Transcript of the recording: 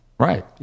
right